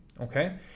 Okay